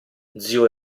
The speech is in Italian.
zio